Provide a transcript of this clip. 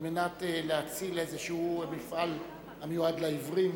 כדי להציל איזה מפעל המיועד לעיוורים,